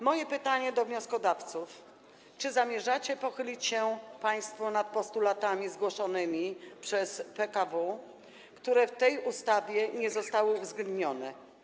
Moje pytanie do wnioskodawców: Czy zamierzacie pochylić się państwo nad postulatami zgłoszonymi przez PKW, które w tej ustawie nie zostały uwzględnione?